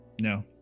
No